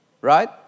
Right